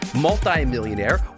Multi-millionaire